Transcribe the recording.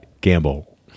Gamble